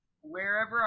Wherever